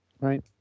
Right